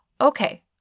okay